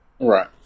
Right